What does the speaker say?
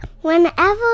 Whenever